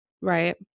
right